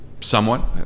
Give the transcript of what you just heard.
Somewhat